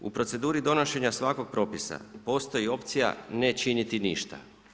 U proceduri donošenja svakog propisa postoji opcija ne činiti ništa.